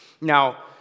Now